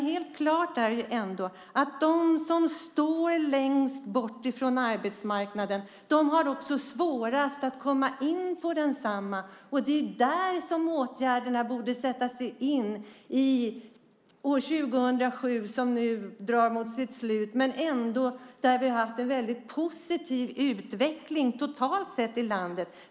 Helt klart är ändå att de som står längst bort från arbetsmarknaden också har svårast att komma in på densamma. Det är där som åtgärderna borde sättas in år 2007, som nu drar mot sitt slut men där vi ändå har haft en mycket positiv utveckling totalt sett i landet.